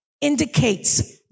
indicates